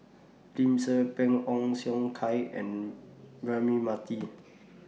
Lim Tze Peng Ong Siong Kai and Braema Mathi